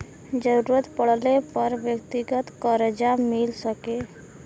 जरूरत पड़ले पर व्यक्तिगत करजा मिल सके